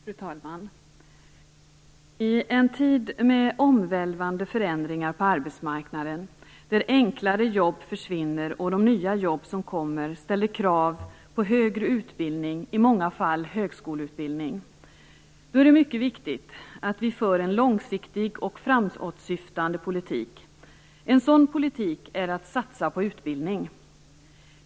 Fru talman! I en tid med omvälvande förändringar på arbetsmarknaden, där enklare jobb försvinner och de nya jobb som kommer ställer krav på högre utbildning, i många fall högskoleutbildning, är det mycket viktigt att vi för en långsiktig och framåtsyftande politik. En sådan politik är att satsa på utbildning.